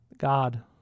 God